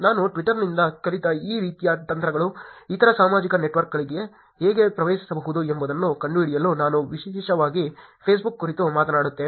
ನಾವು ಟ್ವಿಟರ್ನಿಂದ ಕಲಿತ ಈ ರೀತಿಯ ತಂತ್ರಗಳು ಇತರ ಸಾಮಾಜಿಕ ನೆಟ್ವರ್ಕ್ಗಳಿಗೆ ಹೇಗೆ ಪ್ರವೇಶಿಸಬಹುದು ಎಂಬುದನ್ನು ಕಂಡುಹಿಡಿಯಲು ನಾನು ವಿಶೇಷವಾಗಿ ಫೇಸ್ಬುಕ್ ಕುರಿತು ಮಾತನಾಡುತ್ತೇನೆ